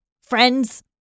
Friends